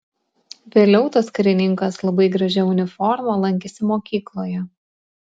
vėliau tas karininkas labai gražia uniforma lankėsi mokykloje